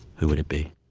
who would it be?